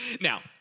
Now